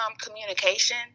communication